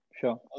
Sure